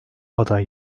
aday